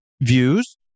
views